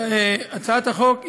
הצעת החוק,